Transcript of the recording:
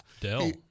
Dell